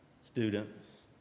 students